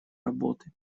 работы